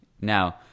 Now